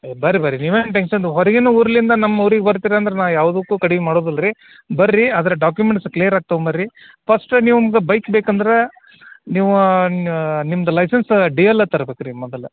ಬನ್ರಿ ಬನ್ರಿ ನೀವೇನು ಟೆನ್ಶನ್ ತೊ ಹೊರಗಿನ ಊರಿಂದ ನಮ್ಮ ಊರಿಗೆ ಬರ್ತೀರಂದ್ರೆ ನಾ ಯಾವುದಕ್ಕೂ ಕಡಿಮೆ ಮಾಡುದಿಲ್ಲ ರಿ ಬನ್ರಿ ಅದರ ಡಾಕ್ಯುಮೆಂಟ್ಸ್ ಕ್ಲಿಯರಾಗಿ ತೊಂಬನ್ರಿ ಫಸ್ಟ ನಿಮ್ಗೆ ಬೈಕ್ ಬೇಕಂದ್ರೆ ನೀವು ನಿಮ್ದು ಲೈಸೆನ್ಸ್ ಡಿ ಎಲ್ಲ ತರ್ಬೇಕು ರೀ ಮೊದಲು